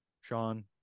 Sean